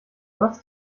was